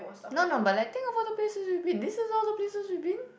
no no but like think over the places we've been this is all the places we've been